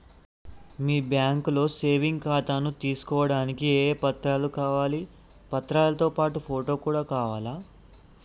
మీ బ్యాంకులో సేవింగ్ ఖాతాను తీసుకోవడానికి ఏ ఏ పత్రాలు కావాలి పత్రాలతో పాటు ఫోటో కూడా కావాలా?